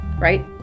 right